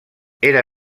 era